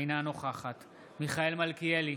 אינה נוכחת מיכאל מלכיאלי,